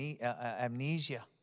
amnesia